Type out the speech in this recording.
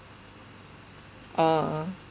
oh ah